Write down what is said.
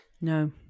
No